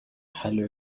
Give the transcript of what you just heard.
highly